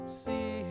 see